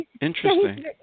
interesting